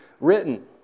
written